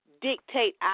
dictate